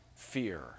fear